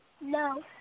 No